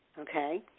Okay